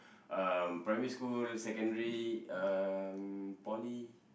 um primary school secondary um poly